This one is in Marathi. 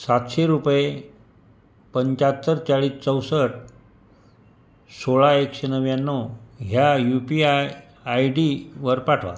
सातशे रुपये पंच्याहत्तर चाळीस चौसष्ट सोळा एकशे नव्याण्णव ह्या यू पी आय आय डीवर पाठवा